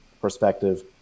perspective